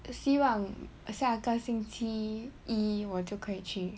希望下个星期一我就可以去